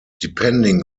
depending